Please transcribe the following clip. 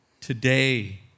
today